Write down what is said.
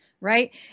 right